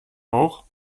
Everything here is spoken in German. auch